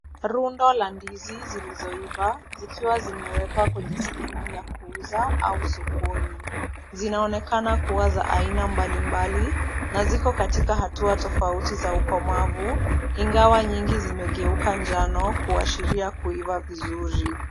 Rundo la ndizi zilizoiva zikiwa zimewekwa kwenye sehemu ya kuuza au sokoni. Zinaonekana kuwa za aina mbalimbali na ziko katika hatua tofauti za ukomavu, ingawa nyingi zimegeuka njano kuashiria kuiva vizuri.